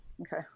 okay